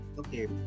Okay